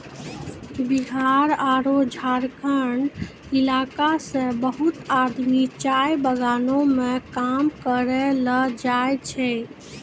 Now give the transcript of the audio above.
बिहार आरो झारखंड इलाका सॅ बहुत आदमी चाय बगानों मॅ काम करै ल जाय छै